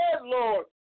Lord